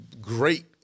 great